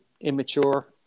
immature